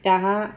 ya ha